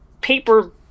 paper